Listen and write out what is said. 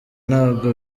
ntabwo